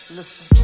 Listen